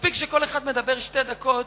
מספיק שכל אחד מדבר שתי דקות,